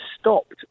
stopped